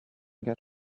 get